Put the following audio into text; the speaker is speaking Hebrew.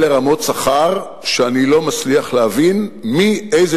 אלה רמות שכר שאני לא מצליח להבין איזה